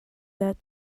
that